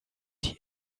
die